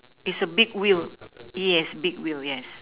it's a big wheel yes big wheel yes